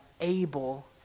able